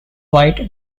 white